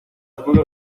oscuro